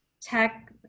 tech